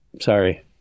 sorry